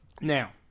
Now